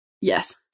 yes